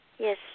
Yes